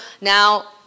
now